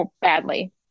Badly